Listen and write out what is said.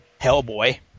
Hellboy